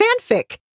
Fanfic